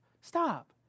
stop